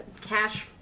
cash